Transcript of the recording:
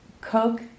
Coke